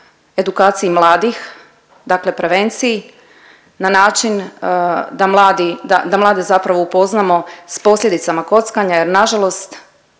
edukaciji mladih, dakle prevenciji na način da mladi, da, da mlade zapravo upoznamo s posljedicama kockanja jer nažalost